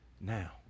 now